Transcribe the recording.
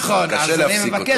קשה להפסיק אותו.